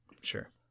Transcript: Sure